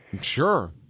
Sure